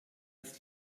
ist